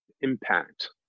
impact